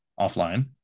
offline